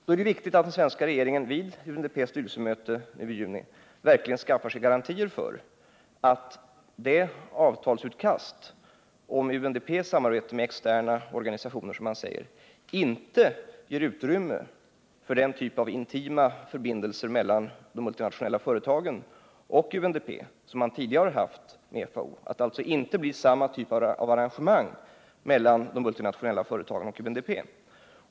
Då är det viktigt att den svenska regeringen vid UNDP:s styrelsemöte nu i juni verkligen skaffar sig garantier för att det utkast till avtal för UNDP:s samarbete med externa organisationer, som man säger, inte ger utrymme för den typ av intima förbindelser mellan de multinationella företagen och UNDP som man tidigare haft med FAO. Det får alltså inte bli samma typ av arrangemang mellan de multinationella företagen och UNDP.